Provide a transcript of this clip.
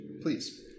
please